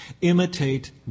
Imitate